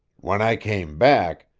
when i came back,